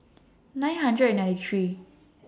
nine hundred and ninety three